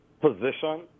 position